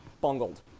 bungled